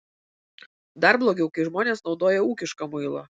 dar blogiau kai žmonės naudoja ūkišką muilą